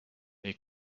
they